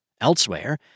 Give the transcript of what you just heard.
Elsewhere